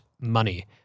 money